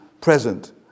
present